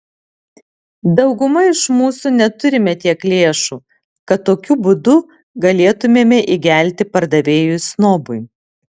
dauguma iš mūsų neturime tiek lėšų kad tokiu būdu galėtumėme įgelti pardavėjui snobui